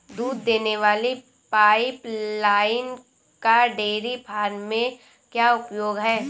दूध देने वाली पाइपलाइन का डेयरी फार्म में क्या उपयोग है?